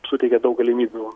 suteikia daug galimybių